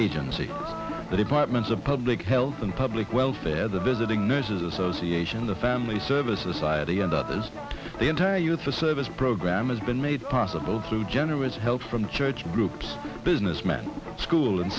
agencies the departments of public health and public welfare the visiting nurses association the family services side and others the entire youth the service program has been made possible through generous help from the church groups businessmen school and